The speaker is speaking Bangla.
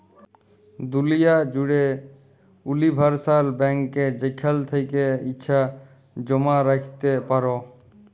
দুলিয়া জ্যুড়ে উলিভারসাল ব্যাংকে যেখাল থ্যাকে ইছা জমা রাইখতে পারো